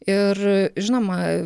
ir žinoma